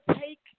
take